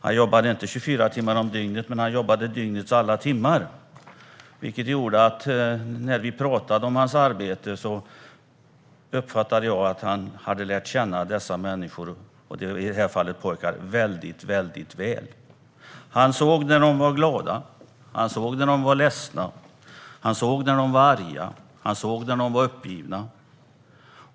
Han jobbade inte 24 timmar om dygnet, men han jobbade dygnets alla timmar. När vi talade om hans arbete uppfattade jag därför att han hade lärt känna dessa människor - i detta fall pojkar - väldigt väl. Han såg när de var glada, han såg när de var ledsna, han såg när de var arga och han såg när de var uppgivna.